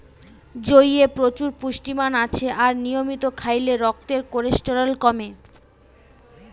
জইয়ে প্রচুর পুষ্টিমান আছে আর নিয়মিত খাইলে রক্তের কোলেস্টেরল কমে